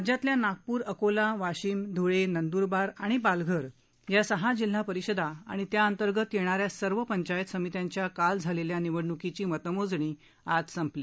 राज्यातल्या नागपूर अकोला वाशिम धुळे नंदुरबार आणि पालघर या सहा जिल्हा परिषदा आणि त्या अंतर्गत येणाऱ्या सर्व पंचायत समित्यांच्या काल झालेल्या निवडणुकीची मतमोजणी आज संपली